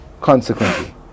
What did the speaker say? Consequently